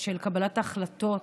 של קבלת החלטות,